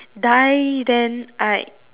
die then I like